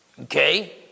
Okay